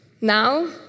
Now